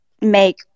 make